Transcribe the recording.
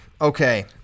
Okay